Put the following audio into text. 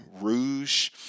rouge